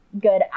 good